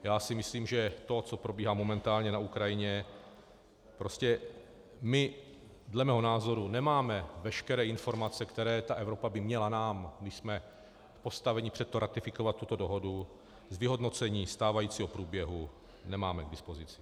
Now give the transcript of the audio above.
Já si myslím, že to, co probíhá momentálně na Ukrajině, dle mého názoru nemáme veškeré informace, které by nám Evropa měla, když jsme postaveni před to ratifikovat tuto dohodu, z vyhodnocení stávajícího průběhu dát k dispozici.